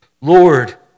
Lord